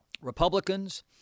Republicans